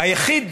היחיד,